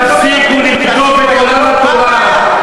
תפסיקו לרדוף את עולם התורה,